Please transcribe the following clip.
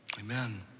amen